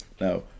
Now